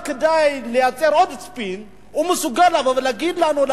אבל כדי לייצר עוד ספין הוא מסוגל לבוא ולהגיד לנו,